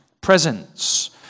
presence